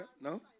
No